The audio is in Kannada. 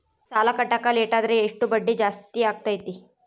ಸಾಲ ಕಟ್ಟಾಕ ಲೇಟಾದರೆ ಎಷ್ಟು ಬಡ್ಡಿ ಜಾಸ್ತಿ ಆಗ್ತೈತಿ?